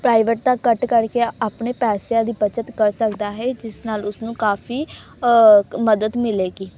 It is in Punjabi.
ਪ੍ਰਾਈਵੇਟ ਤਾਂ ਘੱਟ ਕਰਕੇ ਆਪਣੇ ਪੈਸਿਆਂ ਦੀ ਬੱਚਤ ਕਰ ਸਕਦਾ ਹੈ ਜਿਸ ਨਾਲ ਉਸਨੂੰ ਕਾਫ਼ੀ ਮਦਦ ਮਿਲੇਗੀ